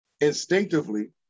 instinctively